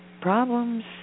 problems